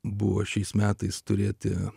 buvo šiais metais turėti